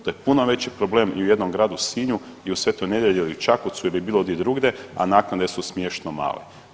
To je puno veći problem i u jednom gradu Sinju i u Svetoj Nedelji ili Čakovcu ili bilo di drugde, a naknade su smiješno male.